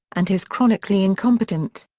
and his chronically incompetent.